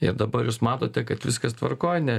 ir dabar jūs matote kad viskas tvarkoj ne